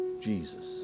Jesus